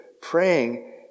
praying